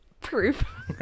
Proof